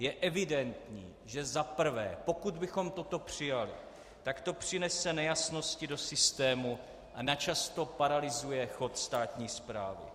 Je evidentní, že za prvé, pokud bychom toto přijali, tak to přinese nejasnosti do systému a na čas to paralyzuje chod státní správy.